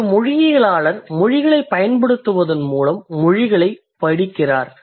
எனவே ஒரு மொழியியலாளர் மொழிகளைப் பயன்படுத்துவதன் மூலம் மொழிகளை ஆய்வு செய்கிறார்